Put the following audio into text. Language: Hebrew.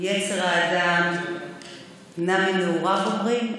כי יצר האדם רע מנעוריו, אומרים?